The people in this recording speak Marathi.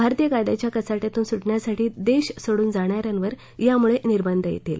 भारतीय कायद्याच्या कचाट्यातून सुटण्यासाठी देश सोडून जाणाऱ्यां वर यामुळे निबंध येतील